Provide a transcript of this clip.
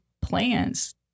plans